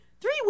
Three